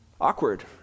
Awkward